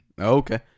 Okay